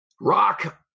Rock